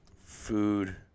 food